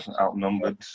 outnumbered